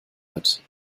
hat